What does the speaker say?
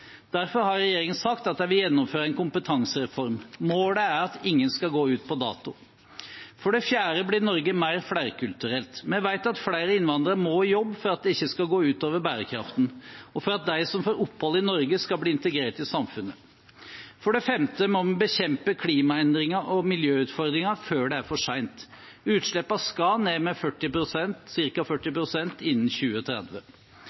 Derfor har regjeringen sagt at den vil gjennomføre en kompetansereform. Målet er at ingen skal gå ut på dato. For det fjerde blir Norge mer flerkulturelt. Vi vet at flere innvandrere må i jobb for at det ikke skal gå ut over bærekraften, og for at de som får opphold i Norge, skal bli integrert i samfunnet. For det femte må vi bekjempe klimaendringer og miljøutfordringer før det er for sent. Utslippene skal ned med ca. 40